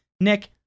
Nick